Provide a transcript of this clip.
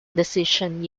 decision